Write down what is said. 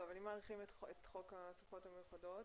אבל אם מאריכים את חוק הסמכויות המיוחדות,